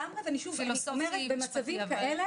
במצבים כאלה